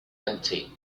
empty